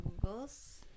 Google's